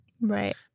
Right